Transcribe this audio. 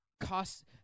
cost